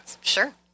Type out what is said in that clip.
sure